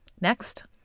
Next